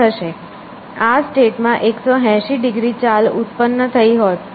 આ સ્ટેટ માં 180 ડિગ્રી ચાલ ઉત્પન્ન થઈ હોત જ્યાં હું અહીં જઈ શકત